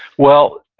well,